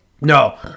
No